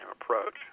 approach